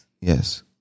Yes